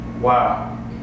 Wow